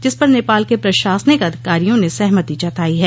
जिस पर नेपाल के प्रशासनिक अधिकारियों ने सहमति जताई है